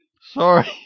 Sorry